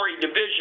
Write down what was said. division